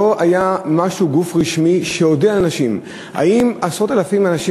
לא היה גוף רשמי שהודיע לאנשים: האם עשרות-אלפי האנשים